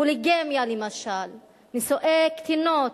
פוליגמיה, למשל, נישואי קטינות,